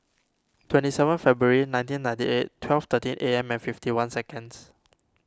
twenty seven February nineteen ninety eight twelve thirteen A M and fifty one seconds